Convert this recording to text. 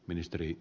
ministeri